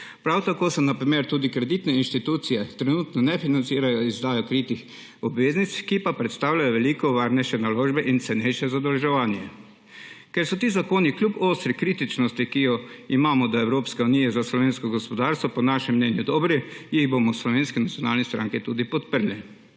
Prav tako na primer tudi kreditne institucije trenutno ne financirajo izdajo kritih obveznic, ki pa predstavljajo veliko varnejše naložbe in cenejše zadolževanje. Ker so ti zakoni kljub ostri kritičnosti, ki jo imamo do Evropske unije, za slovensko gospodarstvo po našem mnenju dobri, jih bomo v Slovenski nacionalni stranki tudi podprli.